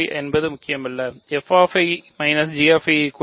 இது h